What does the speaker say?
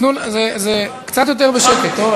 קצת יותר בשקט, טוב?